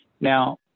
Now